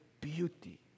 beauty